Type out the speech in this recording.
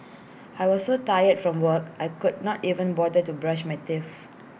I was so tired from work I could not even bother to brush my teeth